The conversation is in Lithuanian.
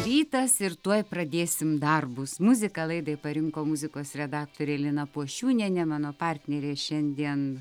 rytas ir tuoj pradėsim darbus muziką laidai parinko muzikos redaktorė lina pošiūnienė mano partnerė šiandien